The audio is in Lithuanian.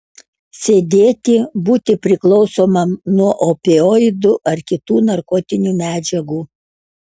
sėdėti būti priklausomam nuo opioidų ar kitų narkotinių medžiagų